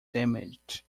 damaged